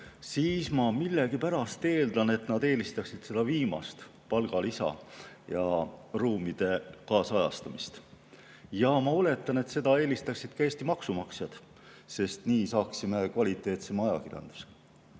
siis ma millegipärast eeldan, et nad eelistaksid seda viimast – palgalisa ja ruumide kaasajastamist. Ja ma oletan, et seda eelistaksid ka Eesti maksumaksjad, sest nii saaksime kvaliteetsema ajakirjanduse.